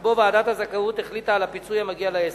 שבו ועדת הזכאות החליטה על הפיצוי המגיע לעסק.